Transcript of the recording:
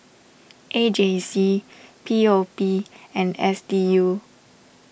A J C P O P and S D U